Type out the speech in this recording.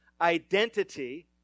identity